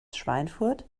schweinfurt